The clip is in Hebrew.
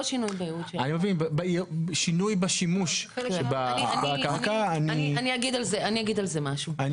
שינוי בייעוד --- שינוי בשימוש --- אני אגיד על זה משהו,